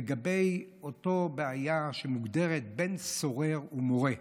לגבי אותה בעיה שמוגדרת בן סורר ומורה,